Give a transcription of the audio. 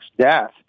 death